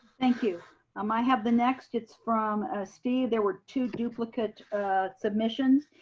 thank you. um i have the next. it's from ah steve. there were two duplicate submissions.